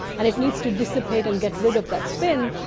and it needs to dissipate and get rid of that spin,